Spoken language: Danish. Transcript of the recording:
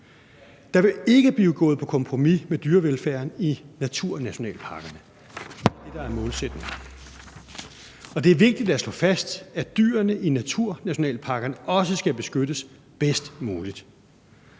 Der vil ikke blive gået på kompromis med dyrevelfærden i naturnationalparkerne – det er det, der er målsætningen. Og det er vigtigt at slå fast, at dyrene i naturnationalparkerne også skal beskyttes bedst muligt.